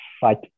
fight